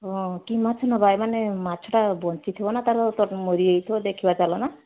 ହଁ କି ମାଛ ନେବା ଏମାନେ ମାଛଟା ବଞ୍ଚିଥିବ ନା ତା'ର ମରିଯାଇଥିବ ଦେଖିବା ଚାଲନା